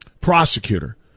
prosecutor